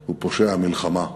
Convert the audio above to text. הוא פושע מלחמה,